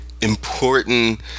important